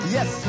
Yes